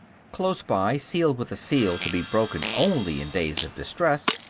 close by, sealed with a seal to be broken only in days of distress,